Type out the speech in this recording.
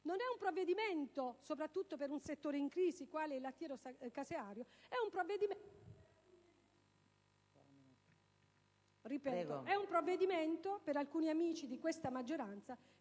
non è un provvedimento soprattutto per un settore in crisi quale il lattiero-caseario: è un provvedimento per alcuni amici di questa maggioranza